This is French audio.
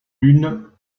l’une